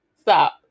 stop